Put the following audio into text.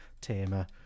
tamer